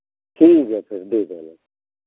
ठीक है फिर दे देना